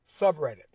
subreddit